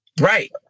Right